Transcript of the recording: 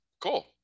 Cool